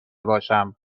باشم